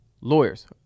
lawyers